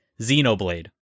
Xenoblade